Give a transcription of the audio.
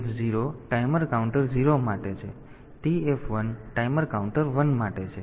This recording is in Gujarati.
તેથી અહીં TF0 ટાઈમર કાઉન્ટર 0 માટે છે TF1 ટાઈમર કાઉન્ટર 1 માટે છે